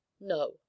No